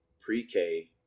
pre-K